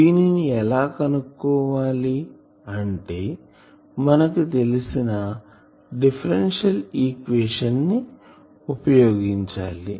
దీనిని ఎలా కనుక్కోవాలి అంటే మనకు తెలిసిన డిఫరెన్షియల్ ఈక్వేషన్ ని ఉపయోగించాలి